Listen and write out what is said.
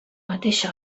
mateixa